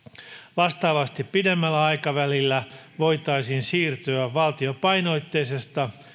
vastaavasti pidemmällä aikavälillä voitaisiin siirtyä valtiopainotteisesta